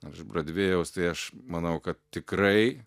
ar iš brodvėjaus tai aš manau kad tikrai